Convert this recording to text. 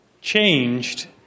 changed